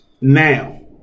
Now